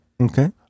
Okay